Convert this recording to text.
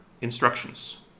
instructions